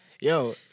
yo